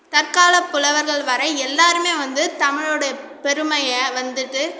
தற்க்கால புலவர்கள் வரை எல்லாருமே வந்து தமிழுடைய பெருமையை வந்துவிட்டு